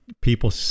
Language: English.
People